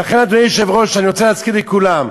אדוני היושב-ראש, אני רוצה להזכיר לכולם: